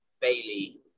Bailey